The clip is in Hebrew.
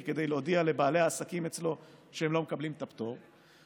כדי להודיע לבעלי העסקים אצלו שהם לא מקבלים את הפטור,